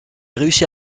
réussit